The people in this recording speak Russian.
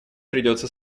придется